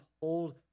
hold